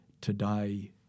today